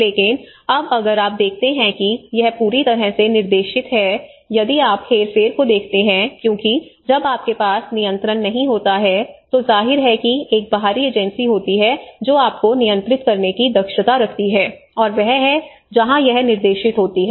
लेकिन अब अगर आप देखते हैं कि यह पूरी तरह से निर्देशित है यदि आप हेरफेर को देखते हैं क्योंकि जब आपके पास नियंत्रण नहीं होता है तो जाहिर है कि एक बाहरी एजेंसी होती है जो आपको नियंत्रित करने की दक्षता रखती है और वह है जहां यह निर्देशित होती है